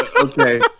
Okay